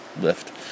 Lift